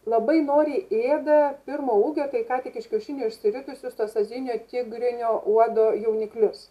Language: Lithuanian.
labai noriai ėda pirmo ūgio tai ką tik iš kiaušinių išsiritusius tuos azijinio tigrinio uodo jauniklius